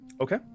Okay